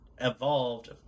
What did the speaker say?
evolved